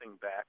back